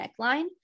neckline